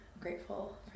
grateful